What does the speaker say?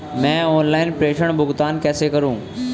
मैं ऑनलाइन प्रेषण भुगतान कैसे करूँ?